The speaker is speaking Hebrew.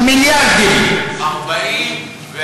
12%,